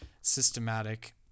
systematic